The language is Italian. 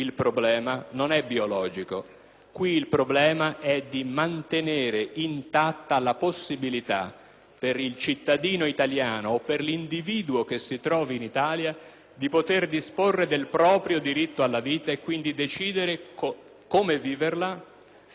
il problema è di mantenere intatta la possibilità per il cittadino italiano o per l'individuo che si trovi in Italia di disporre del proprio diritto alla vita e quindi decidere come viverla e fino a quando viverla.